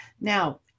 Now